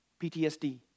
PTSD